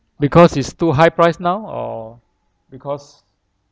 because is too high price now or because